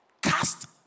cast